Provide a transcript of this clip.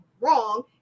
wrong